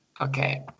Okay